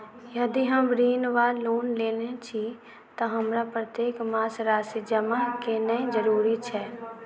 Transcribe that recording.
यदि हम ऋण वा लोन लेने छी तऽ हमरा प्रत्येक मास राशि जमा केनैय जरूरी छै?